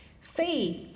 Faith